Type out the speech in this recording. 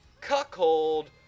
cuckold